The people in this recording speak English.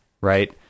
right